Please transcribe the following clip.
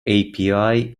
api